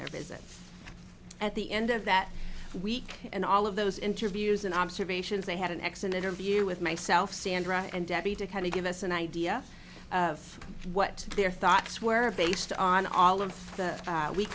their visit at the end of that week and all of those interviews and observations they had an exit interview with myself sandra and debbie to kind of give us an idea of what their thoughts were based on all of the